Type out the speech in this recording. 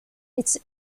its